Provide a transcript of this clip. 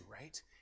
right